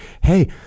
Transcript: hey